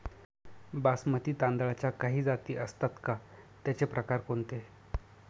बासमती तांदळाच्या काही जाती असतात का, त्याचे प्रकार कोणते?